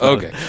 Okay